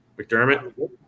McDermott